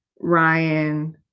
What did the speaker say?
Ryan